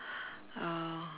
uh